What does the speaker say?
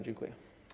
Dziękuję.